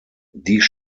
dies